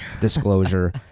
disclosure